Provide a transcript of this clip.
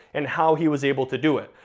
and how he was able to do it.